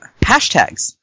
hashtags